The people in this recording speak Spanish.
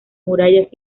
murallas